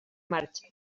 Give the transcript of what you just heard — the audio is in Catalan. marxa